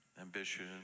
ambition